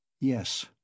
Yes